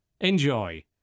Enjoy